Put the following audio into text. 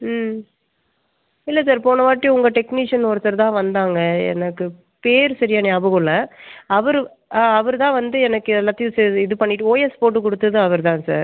ம் இல்லை சார் போன வாட்டி உங்கள் டெக்னிஷன் ஒருத்தர் தான் வந்தாங்க எனக்கு பேர் சரியாக ஞாபகம் இல்லை அவர் ஆ அவர் தான் வந்து எனக்கு எல்லாத்தையும் சே இது பண்ணிவிட்டு ஓஎஸ் போட்டு கொடுத்ததும் அவர் தான் சார்